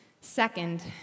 Second